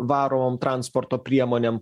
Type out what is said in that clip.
varom transporto priemonėm